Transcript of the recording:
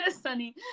sunny